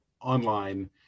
online